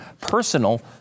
personal